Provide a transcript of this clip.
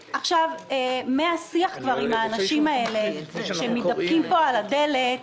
מהשיח עם האנשים האלה שמתדפקים פה על הדלת